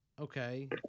okay